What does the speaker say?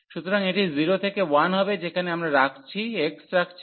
সুতরাং এটি 0 থেকে 1 হবে যেখানে আমরা x রাখছি